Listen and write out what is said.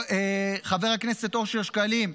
חבר הכנסת אופיר שקלים,